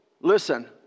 listen